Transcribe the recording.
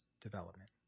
Development